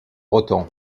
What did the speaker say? breton